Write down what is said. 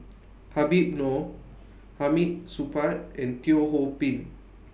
Habib Noh Hamid Supaat and Teo Ho Pin